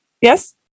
yes